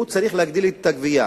הוא צריך להגדיל את הגבייה.